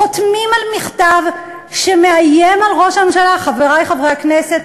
חותמים על מכתב שמאיים על ראש הממשלה חברי חברי הכנסת,